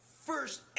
first